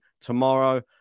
tomorrow